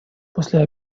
после